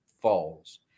falls